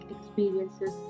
experiences